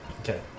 Okay